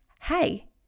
hey